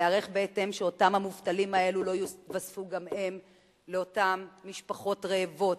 להיערך בהתאם שאותם המובטלים האלה לא יתווספו גם הם לאותן משפחות רעבות.